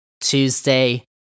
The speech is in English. Tuesday